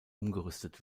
umgerüstet